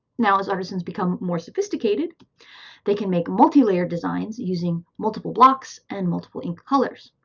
now, as artisans become more sophisticated they can make multi-layer designs using multiple blocks and multiple ink colors.